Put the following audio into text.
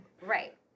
Right